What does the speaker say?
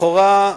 לכאורה,